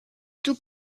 tout